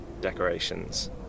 decorations